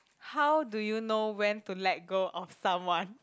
how do you know when to let go of someone